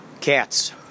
Cats